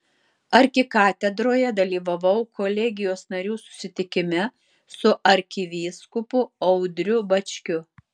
arkikatedroje dalyvavau kolegijos narių susitikime su arkivyskupu audriu bačkiu